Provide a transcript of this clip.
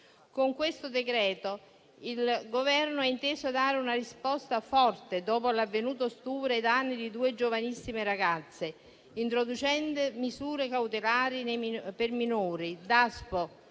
Con questo decreto il Governo ha inteso dare una risposta forte dopo l'avvenuto stupro ai danni di due giovanissime ragazze, introducendo misure cautelari per minori, Daspo